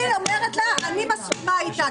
אני אומרת לך שאני מסכימה אתה.